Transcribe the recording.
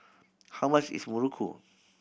how much is Muruku